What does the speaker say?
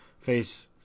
face